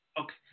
Okay